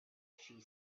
she